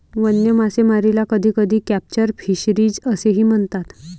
वन्य मासेमारीला कधीकधी कॅप्चर फिशरीज असेही म्हणतात